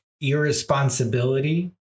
irresponsibility